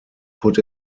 put